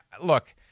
look